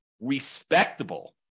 respectable